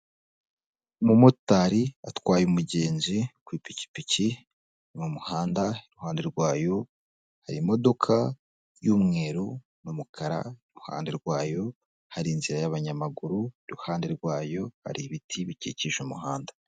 Umu motari atwaye umugenzi ku ipikipiki, mu muhanda iruhande rwayo harimo y'umweru n'umukara iruhande rwayo hari inzira y'abanyamaguru iruhande rwayo hari ibiti bikikije umuhanda.